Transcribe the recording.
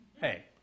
Hey